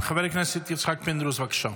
חבר הכנסת יצחק פינדרוס,